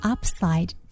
Upside